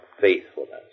faithfulness